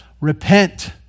Repent